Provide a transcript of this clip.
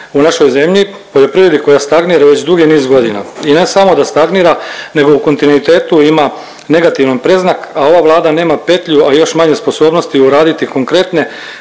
u našoj zemlji, poljoprivredi koja stagnira već dugi niz godina i ne samo da stagnira nego u kontinuitetu ima negativan predznak, a ova Vlada nema petlju, a još manje sposobnosti uraditi konkretne